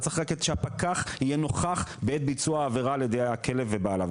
אתה צריך שהפקח יהיה נוכח בעת ביצוע העבירה על ידי הכלב ובעליו,